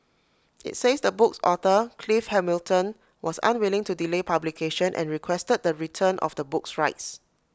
IT says the book's author Clive Hamilton was unwilling to delay publication and requested the return of the book's rights